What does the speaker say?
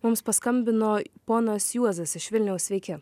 mums paskambino ponas juozas iš vilniaus sveiki